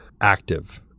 active